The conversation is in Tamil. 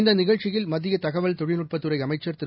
இந்தநிகழ்ச்சியில் மத்தியதகவல் தொழில்நுட்பத்துறைஅமைச்சர் திரு